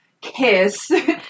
kiss